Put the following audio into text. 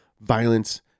violence